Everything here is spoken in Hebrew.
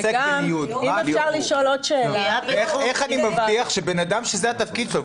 ואם אפשר לשאול עוד שאלה -- איך אני מבטיח שאדם שזה התפקיד שלו,